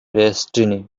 destiny